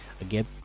again